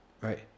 Right